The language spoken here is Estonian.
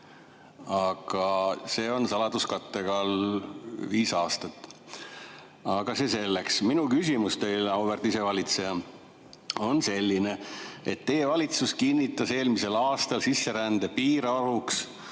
aga see on saladuskatte all viis aastat. See selleks. Minu küsimus teile, auväärt isevalitseja, on selline. Teie valitsus kinnitas eelmisel aastal sisserände piirarvuks